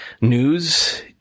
News